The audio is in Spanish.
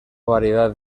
variedad